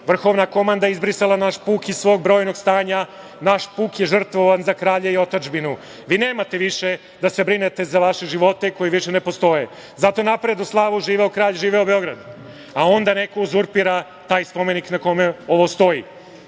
Vrhovna komanda izbrisala je naš puk iz svog brojnog stanja, naš puk je žrtvovan za kralja i otadžbinu. Vi nemate više da se brinete za vaše živote koji više ne postoje. Zato napred u slavu! Živo kralj! Živeo Beograd!“Onda neko uzurpira taj spomenik na kome ovo stoji.